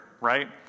right